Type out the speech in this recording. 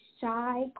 shy